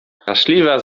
straszliwa